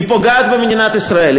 היא פוגעת במדינת ישראל,